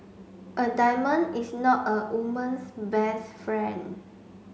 a diamond is not a woman's best friend